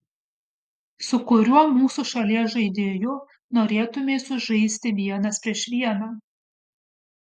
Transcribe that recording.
su kuriuo mūsų šalies žaidėju norėtumei sužaisti vienas prieš vieną